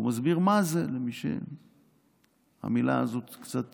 והוא מסביר מה זה, למי שהמילה הזאת קצת